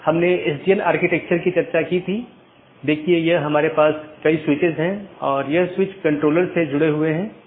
इसलिए हर कोई दुसरे को जानता है या हर कोई दूसरों से जुड़ा हुआ है